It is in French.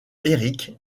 éric